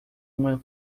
uma